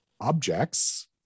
objects